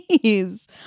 Please